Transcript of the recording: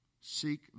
Seek